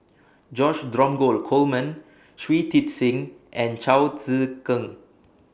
George Dromgold Coleman Shui Tit Sing and Chao Tzee Cheng